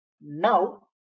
Now